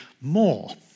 more